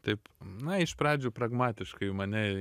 taip na iš pradžių pragmatiškai mane